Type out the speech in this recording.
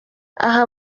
aha